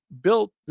built